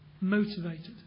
Motivated